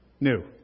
New